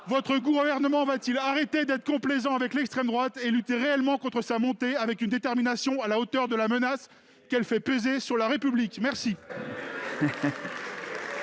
votre gouvernement va-t-il cesser d'être complaisant avec l'extrême droite et va-t-il lutter réellement contre son expansion, avec une détermination à la hauteur de la menace qu'elle fait peser sur la République ? Mes